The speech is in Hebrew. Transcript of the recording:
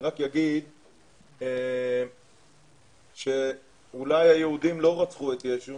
אני רק אומר שאולי היהודים לא רצחו את ישו